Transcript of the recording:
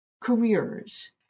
careers